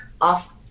off